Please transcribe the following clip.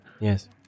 Yes